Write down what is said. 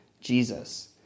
Jesus